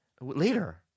Later